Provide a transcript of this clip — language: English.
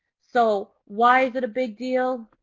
so why is it a big deal?